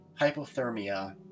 Hypothermia